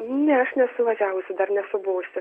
ne aš nesu važiavusi dar nesu buvusi